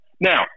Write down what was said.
Now